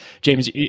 James